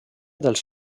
dels